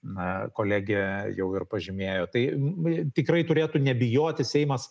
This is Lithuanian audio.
na kolegė jau ir pažymėjo tai m me tikrai turėtų nebijoti seimas